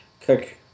cook